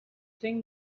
thing